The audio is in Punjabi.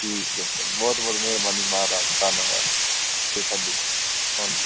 ਠੀਕ ਹੈ ਸਰ ਬਹੁਤ ਬਹੁਤ ਮਿਹਰਬਾਨੀ ਮਹਾਰਾਜ ਧੰਨਵਾਦ ਤੁਸੀਂ ਸਾਡੀ ਸੁਣ ਲਈ